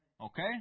Okay